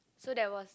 so there was